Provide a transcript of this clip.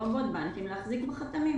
לרבות בנקים, להחזיק בחתמים.